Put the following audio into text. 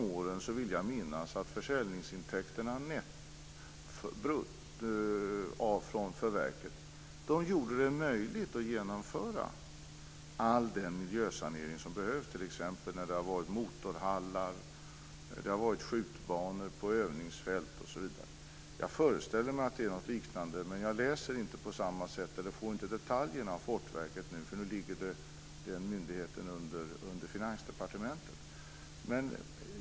Jag vill minnas att försäljningsintäkterna från verket under de åren gjorde det möjligt att genomföra all den miljösanering som behövdes, t.ex. när det funnits motorhallar eller skjutbanor på övningsfält. Jag föreställer mig att det här är något liknande, men jag får inte längre detaljerna från Fortifikationsverket eftersom den myndigheten nu ligger under Finansdepartementet.